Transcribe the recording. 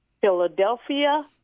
Philadelphia